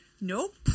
Nope